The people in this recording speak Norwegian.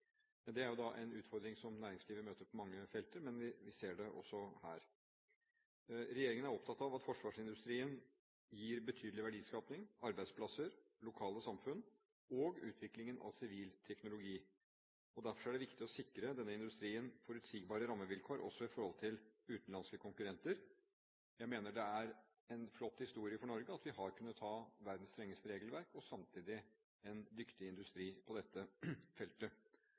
Det er jo en utfordring som næringslivet møter på mange felter, men vi ser det også her. Regjeringen er opptatt av at forsvarsindustrien gir betydelig verdiskaping, arbeidsplasser, lokale samfunn og utviklingen av sivil teknologi. Derfor er det viktig å sikre denne industrien forutsigbare rammevilkår, også i forhold til utenlandske konkurrenter. Jeg mener det er en flott historie for Norge at vi har kunnet ha verdens strengeste regelverk og samtidig en dyktig industri på dette feltet.